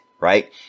right